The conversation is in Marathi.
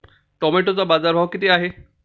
टोमॅटोचा बाजारभाव किती आहे?